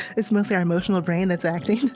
it's mostly our emotional brain that's acting,